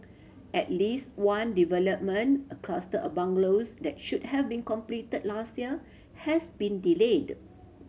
at least one development a cluster of bungalows that should have been completed last year has been delayed